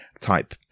type